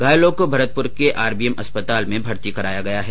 घायलों को भरतपुर के आरबीएम अस्पताल में भर्ती कराया गया है